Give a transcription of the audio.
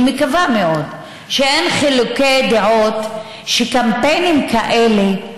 אני מקווה מאוד שאין חילוקי דעות שקמפיינים כאלה,